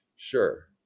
Sure